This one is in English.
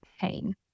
pain